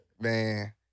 Man